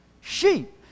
Sheep